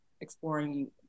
exploring